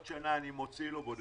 בעוד שנה אני מוציא ובודק.